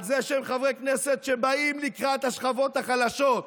שהם חברי כנסת שבאים לקראת השכבות החלשות,